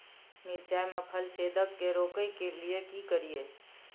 मिर्चाय मे फल छेदक के रोकय के लिये की करियै?